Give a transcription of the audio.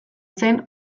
zen